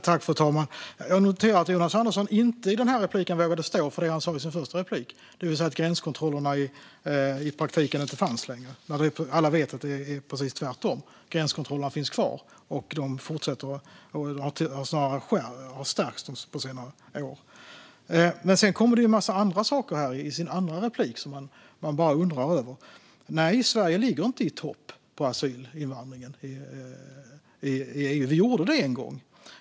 Fru ålderspresident! Jag noterar att Jonas Andersson i det här inlägget inte vågade stå för det han sa i sitt första inlägg, det vill säga att gränskontrollerna i praktiken inte fanns längre. Alla vet att det är precis tvärtom: Gränskontrollerna finns kvar, och de har snarare stärkts på senare år. Sedan kom det en massa andra saker i hans andra inlägg som man bara undrar över. Nej, Sverige ligger inte i topp i fråga om asylinvandringen i EU. Vi gjorde det en gång.